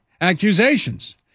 accusations